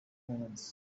moments